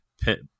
Pit